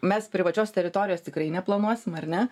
mes privačios teritorijos tikrai neplanuosim ar ne